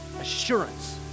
assurance